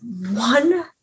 one